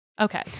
Okay